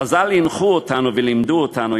חז"ל הנחו אותנו ולימדו אותנו,